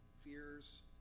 fears